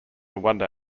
wonder